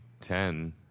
ten